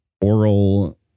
oral